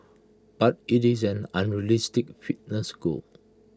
but IT is an unrealistic fitness goal